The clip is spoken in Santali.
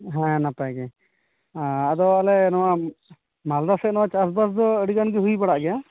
ᱦᱮᱸ ᱱᱟᱯᱟᱭ ᱜᱮ ᱟᱫᱚ ᱟᱞᱮ ᱱᱚᱣᱟ ᱢᱟᱞᱫᱟ ᱥᱮᱫ ᱢᱟ ᱪᱟᱥᱼᱵᱟᱥ ᱫᱚ ᱟᱹᱰᱤ ᱜᱟᱱ ᱜᱮ ᱦᱩᱭ ᱵᱟᱲᱟᱜ ᱜᱮᱭᱟ